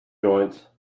joints